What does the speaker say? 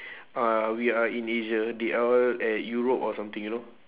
uh we are in asia they are all at europe or something you know